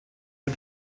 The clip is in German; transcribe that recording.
dem